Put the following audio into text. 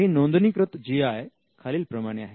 काही नोंदणीकृत जीआय खालील प्रमाणे आहेत